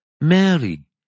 Mary